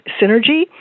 synergy